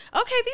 okay